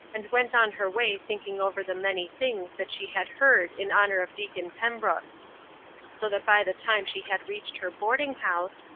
and went on her way thinking over the many things that she had heard in honor of deacon pembrook so that by the time she had reached her boarding-house,